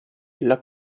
della